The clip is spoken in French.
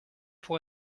pour